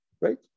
right